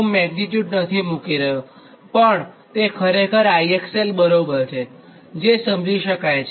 હું મેગ્નીટ્યુડ નથી મુકી રહ્યોપણ તે ખરેખર IXL બરાબર છે જે સમજી શકાય છે